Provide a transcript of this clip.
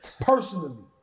personally